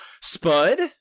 Spud